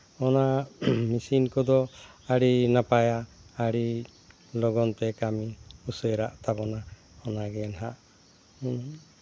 ᱚᱱᱟ ᱢᱮᱹᱥᱤᱱ ᱠᱚᱫᱚ ᱟᱹᱰᱤ ᱱᱟᱯᱟᱭᱟ ᱟᱹᱰᱤ ᱞᱚᱜᱚᱱᱛᱮ ᱠᱟᱹᱢᱤ ᱩᱥᱟᱹᱨᱟᱜ ᱛᱟᱵᱚᱱᱟ ᱚᱱᱟ ᱜᱮ ᱱᱟᱦᱟᱸᱜ